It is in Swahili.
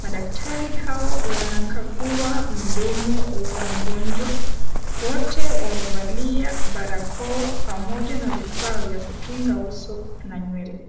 madaktari hawa wana kagua mdomo wa mgonjwa, wote wamevalia barakoa pamoja na vifaa vya kukinga uso na nywele.